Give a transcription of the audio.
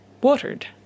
watered